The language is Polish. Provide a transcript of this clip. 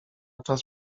czas